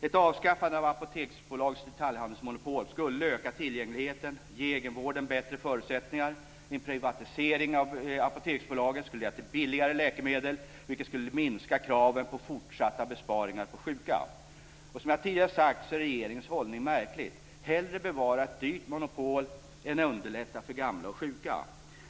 Ett avskaffande av Apoteksbolagets detaljhandelsmonopol skulle öka tillgängligheten och ge egenvården bättre förutsättningar. En privatisering av Apoteksbolaget skulle leda till billigare läkemedel, vilket skulle minska kraven på fortsatta besparingar på de sjuka. Som jag redan tidigare sagt är regeringens hållning märklig, att hellre bevara ett dyrt monopol än underlätta för gamla och sjuka.